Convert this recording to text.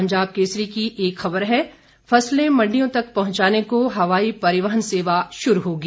पंजाब केसरी की एक खबर है फसले मंडियों तक पहुंचाने को हवाई परिवहन सेवा शुरू होगी